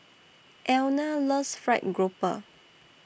Elna loves Fried Grouper